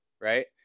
right